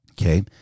okay